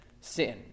sin